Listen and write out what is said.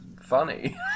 funny